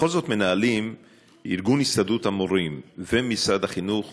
בכל זאת ארגון הסתדרות המורים ומשרד החינוך